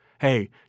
Hey